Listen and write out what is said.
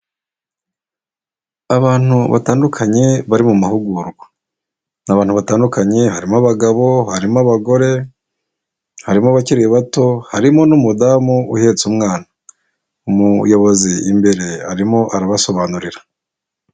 Abantu batandukanye bari mu mahugurwa ni abantu batandukanye harimo abagabo, harimo abagore, harimo abakiri bato, harimo n'umudamu uhetse umwana umuyobozi imbere arimo arabasobanurira.